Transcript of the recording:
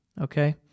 Okay